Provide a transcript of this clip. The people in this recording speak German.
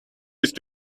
ist